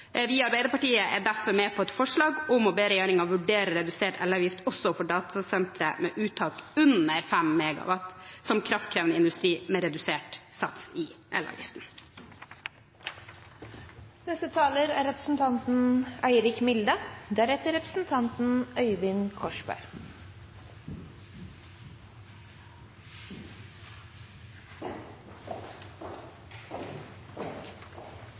Vi i Arbeiderpartiet er derfor med på et forslag til vedtak om å be regjeringen «vurdere redusert elavgift også for datasentre med uttak under 5 MW som kraftkrevende industri med redusert sats i